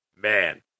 Man